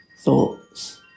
thoughts